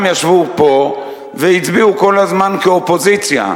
ישבו פה והצביעו כל הזמן כאופוזיציה,